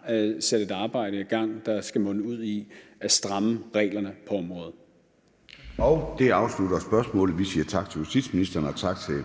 har sat et arbejde i gang, der skal munde ud i at stramme reglerne på området. Kl. 14:20 Formanden (Søren Gade): Det afslutter spørgsmålet. Vi siger tak til justitsministeren og tak til